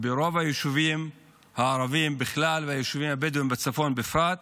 ברוב היישובים הערבים בכלל וביישובים הבדואים בצפון בפרט.